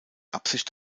absicht